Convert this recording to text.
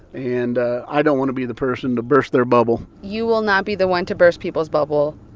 and i don't want to be the person to burst their bubble you will not be the one to burst people's bubble.